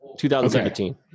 2017